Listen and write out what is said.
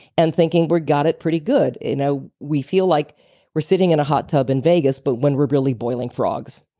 and thinking we've got it pretty good you know, we feel like we're sitting in a hot tub in vegas, but when we're really boiling frogs.